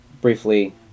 briefly